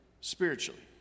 spiritually